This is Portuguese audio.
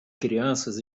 crianças